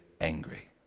angry